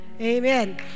Amen